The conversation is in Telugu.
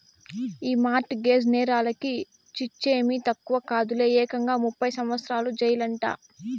ఈ మార్ట్ గేజ్ నేరాలకి శిచ్చేమీ తక్కువ కాదులే, ఏకంగా ముప్పై సంవత్సరాల జెయిలంట